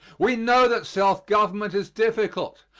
we know that self-government is difficult.